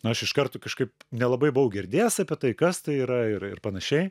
nu aš iš karto kažkaip nelabai buvau girdėjęs apie tai kas tai yra ir ir panašiai